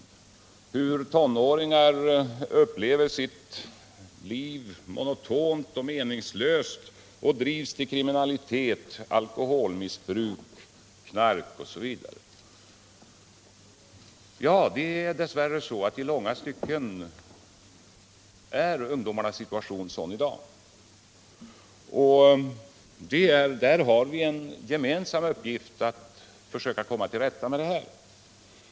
Han kom också in på hur tonåringar upplever sitt liv som monotont och meningslöst och drivs ut till kriminalitet, alkoholmissbruk, narkotikamissbruk osv. Dess värre är det så att ungdomarnas situation i dag i långa stycken är sådan som Olof Palme beskriver, och vi har därför en gemensam uppgift att försöka komma till rätta med detta.